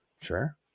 Sure